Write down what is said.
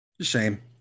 Shame